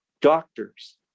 doctors